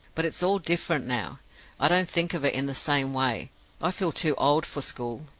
but it's all different now i don't think of it in the same way i feel too old for school.